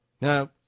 Now